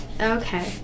Okay